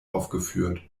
aufgeführt